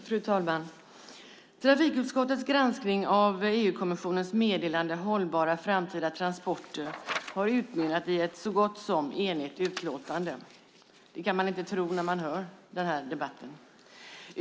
Fru talman! Trafikutskottets granskning av EU-kommissionens meddelande Hållbara framtida transporter har utmynnat i ett så gott som enigt utlåtande. Det kan man inte tro när man hör debatten.